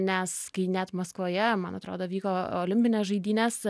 nes kai net maskvoje man atrodo vyko olimpinės žaidynės